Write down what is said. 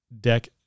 deck